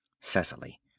Cecily